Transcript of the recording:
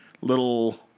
little